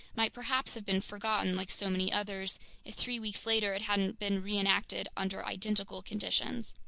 might perhaps have been forgotten like so many others, if three weeks later it hadn't been reenacted under identical conditions.